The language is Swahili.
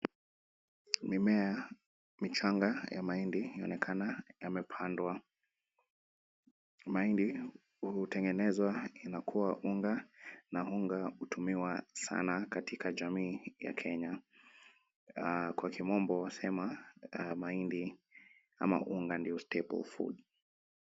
Mimea michanga ya mahindi yaonekana yamepandwa. Mahindi hutengenezwa inakua unga na unga hutumiwa sana katika jamii ya kenya. Kwa kimombo sema mahindi ama unga ndio stable food .